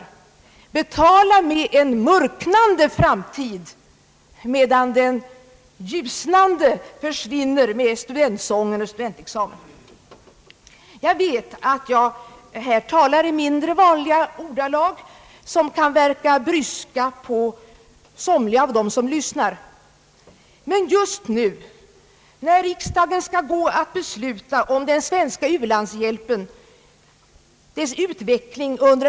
De får betala med en mörknande framtid, medan den tjusnande framtiden försvinner med studentsången och studentexamen. Jag vet att jag här talar i mindre vanliga ordalag, som kan verka bryska på somliga av':dem som lyssnar. Men just nu, när riksdagen skall besluta om den svenska u-landshjälpen och dess utveckling under.